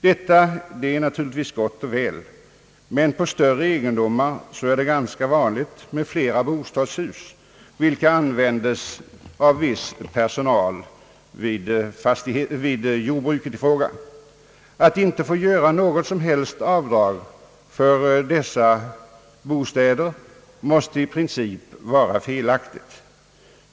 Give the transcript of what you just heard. Detta är naturligtvis gott och väl, men på större egendomar är det ganska vanligt med flera bostadshus, vilka används av viss personal vid jordbruket i fråga. Att inte få göra något som helst avdrag för dessa bostäder måste i princip vara felaktigt.